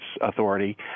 authority